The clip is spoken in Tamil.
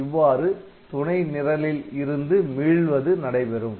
இவ்வாறு துணை நிரலில் இருந்து மீள்வது நடைபெறும்